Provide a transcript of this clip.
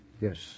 Yes